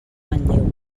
manlleu